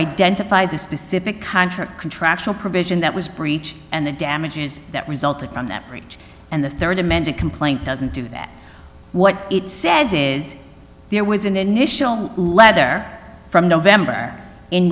identify the specific contract contractual provision that was breach and the damages that result from that breach and the rd amended complaint doesn't do that what it says is there was an initial letter from november in